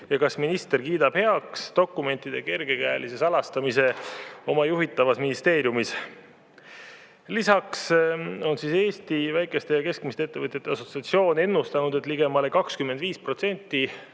ja kas minister kiidab heaks dokumentide kergekäelise salastamise oma juhitavas ministeeriumis. Lisaks on Eesti Väike- ja Keskmiste Ettevõtjate Assotsiatsioon ennustanud, et ligemale 25%